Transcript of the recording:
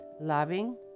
loving